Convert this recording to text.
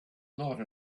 not